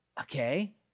okay